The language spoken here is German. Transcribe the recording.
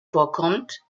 vorkommt